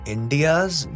India's